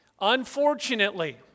Unfortunately